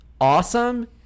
awesome